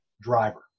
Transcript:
driver